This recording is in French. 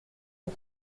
des